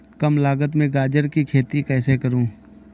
कम लागत में गाजर की खेती कैसे करूँ?